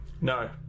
No